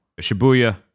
shibuya